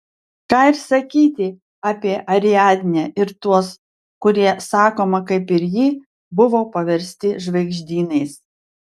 ką ir sakyti apie ariadnę ir tuos kurie sakoma kaip ir ji buvo paversti žvaigždynais